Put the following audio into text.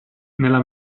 nella